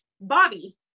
Bobby